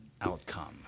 outcome